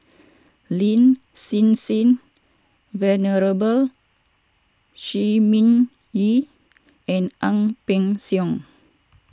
Lin Hsin Hsin Venerable Shi Ming Yi and Ang Peng Siong